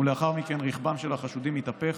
ולאחר מכן רכבם של החשודים התהפך,